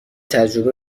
تجربه